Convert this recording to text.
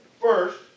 first